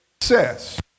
success